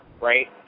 right